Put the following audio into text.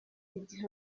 igihe